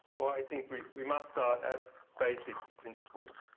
well i think we we must start at basic principles.